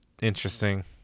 interesting